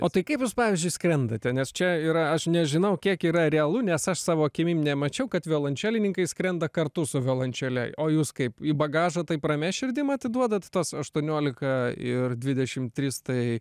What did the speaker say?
o tai kaip jūs pavyzdžiui skrendate nes čia yra aš nežinau kiek yra realu nes aš savo akimi nemačiau kad violončelininkai skrenda kartu su violončele o jūs kaip į bagažą taip ramia širdim atiduodat tuos aštuoniolika ir dvidešim tris tai